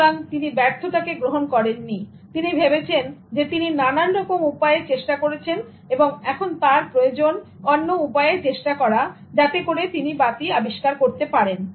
সুতরাং তিনি ব্যর্থতাকে গ্রহণ করেননি তিনি ভেবেছেন যে তিনি নানান রকম উপায়ে চেষ্টা করেছেন এবং এখন তার প্রয়োজন অন্য উপায়ে চেষ্টা করা যাতে করে তিনি বাতি আবিষ্কার করতে পারেন